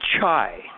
Chai